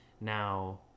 Now